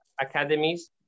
academies